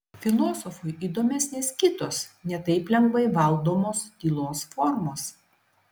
filosofui įdomesnės kitos ne taip lengvai valdomos tylos formos